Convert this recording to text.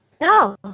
No